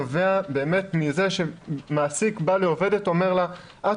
נובע באמת מזה שמעסיק בא לעובדת ואומר לה שהיא